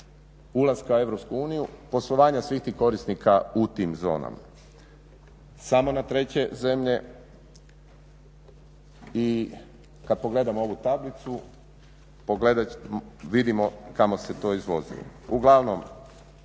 ulaska u EU, poslovanja svih tih korisnika u tim zonama, samo na treće zemlje i kad pogledamo ovu tablicu vidimo kamo se to izvozi, uglavnom